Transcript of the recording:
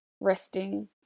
resting